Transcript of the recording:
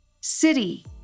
city